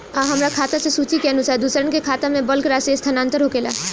आ हमरा खाता से सूची के अनुसार दूसरन के खाता में बल्क राशि स्थानान्तर होखेला?